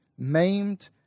maimed